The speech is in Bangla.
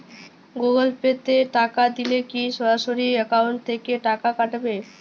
গুগল পে তে টাকা দিলে কি সরাসরি অ্যাকাউন্ট থেকে টাকা কাটাবে?